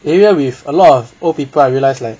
the area with a lot of old people I realise like